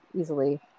easily